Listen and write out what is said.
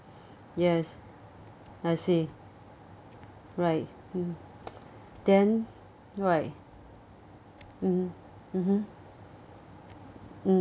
yes I see right mm then right mmhmm mmhmm mm